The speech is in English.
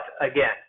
again